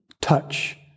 touch